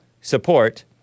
support